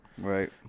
Right